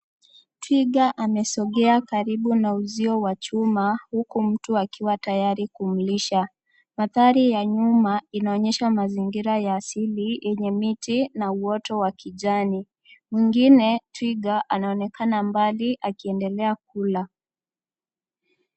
Twiga amesongea karibu na uzio wa chuma , huku mtu akiwa tayari kumlisha. Mandhari ya nyuma inaonyesha mazingira ya asili, yenye miti na uoto wa kijani. Mwingine twiga, anaonekana mbali akiendelea kula.